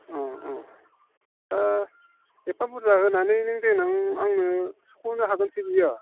अ अ दा एफा बुरजा होनानै नों देनां आंनो सुख'नो हागोनसै बियो